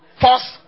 force